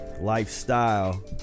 Lifestyle